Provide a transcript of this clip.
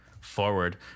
forward